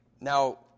Now